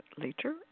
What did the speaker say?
later